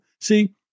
See